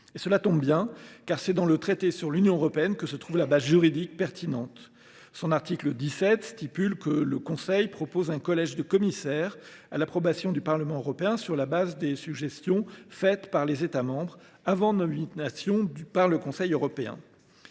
Cela tombe bien, car c’est dans le traité sur l’Union européenne que se trouve la base juridique pertinente. Son article 17 prévoit que le Conseil propose un collège de commissaires à l’approbation du Parlement européen sur la base des « suggestions faites par les États membres », avant nomination par le Conseil européen.